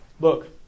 look